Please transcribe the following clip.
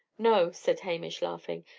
no, said hamish, laughing,